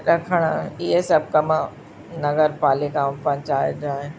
रखण इहे सभु कमु नगर पालिका ऐं पंचायत जा आहिनि